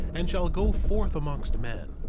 and shall go forth amongst men,